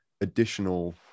additional